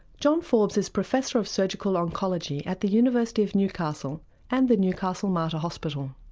john forbes is professor of surgical oncology at the university of newcastle and the newcastle mater hospital.